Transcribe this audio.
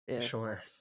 sure